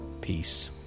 Peace